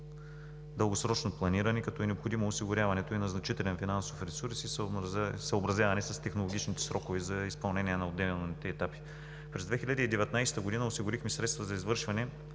дългосрочно планиране, като е необходимо осигуряването на значителен финансов ресурс и съобразяване с технологичните срокове за изпълнение на отделните етапи. През 2019 г. осигурихме средства за извършване